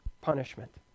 punishment